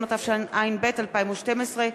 הרווחה והבריאות והפנסיה,